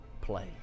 play